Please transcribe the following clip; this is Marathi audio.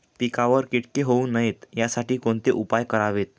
पिकावर किटके होऊ नयेत यासाठी कोणते उपाय करावेत?